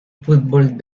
fútbol